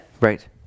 Right